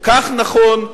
כך נכון,